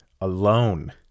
Alone